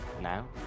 Now